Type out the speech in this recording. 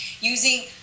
using